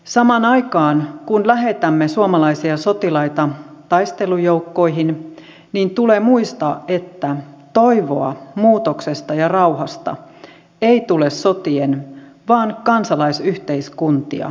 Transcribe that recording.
samaan aikaan kun lähetämme suomalaisia sotilaita taistelujoukkoihin tulee muistaa että toivoa muutoksesta ja rauhasta ei tule sotien vaan kansalaisyhteiskuntia vahvistaen